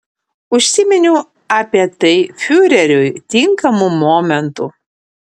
užsiminiau apie tai fiureriui tinkamu momentu